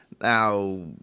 Now